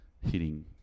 hitting